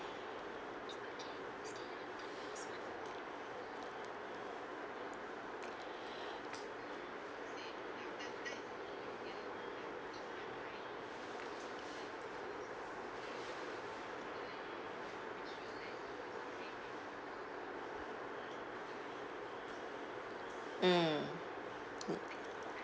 mm